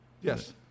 Yes